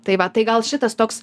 tai va tai gal šitas toks